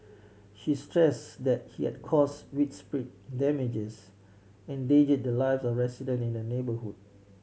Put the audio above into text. she stress the he had cause widespread damages and endangered the lives of residents in the neighbourhood